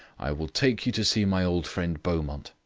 i will take you to see my old friend beaumont.